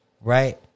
Right